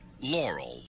Laurel